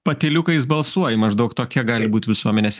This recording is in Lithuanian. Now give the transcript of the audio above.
patyliukais balsuoji maždaug tokia gali būt visuomenės